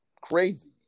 Crazy